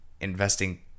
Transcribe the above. investing